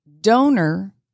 donor